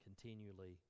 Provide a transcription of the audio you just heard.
continually